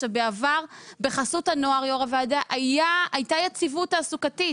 בעבר בחסות הנוער הייתה יציבות תעסוקתית